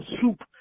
soup